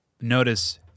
notice